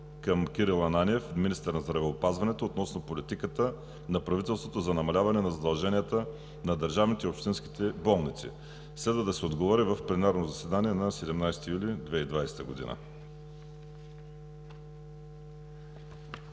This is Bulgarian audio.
към Кирил Ананиев – министър на здравеопазването, относно политиката на правителството за намаляване на задълженията на държавните и общинските болници. Следва да се отговори в пленарното заседание на 17 юли 2020 г.